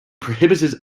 prohibited